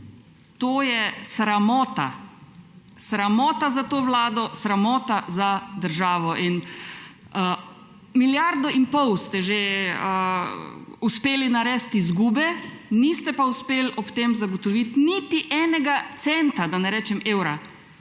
To je sramota. Sramota za to vlado, sramota za državo. Milijardo in pol ste že uspeli narediti izgube, niste pa uspeli ob tem zagotoviti niti enega centa, da ne rečem evra